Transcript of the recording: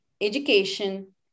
education